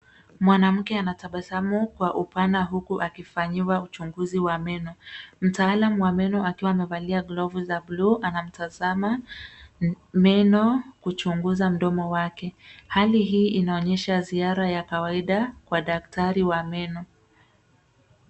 Mwanamke anatabasamu kwa upana huku akifanyiwa uchunguzi wa meno mtaalam wa meno akiwa amevalia glovu za buluu na anamtazama meno kuchunguza mdomo wake hali hii inaonyesha ziara ya kawaida kwa daktari wa meno.